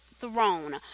throne